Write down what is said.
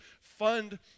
fund